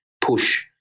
push